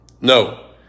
No